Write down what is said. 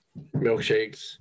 milkshakes